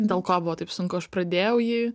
dėl ko buvo taip sunku aš pradėjau jį